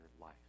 life